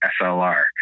SLR